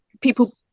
people